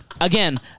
Again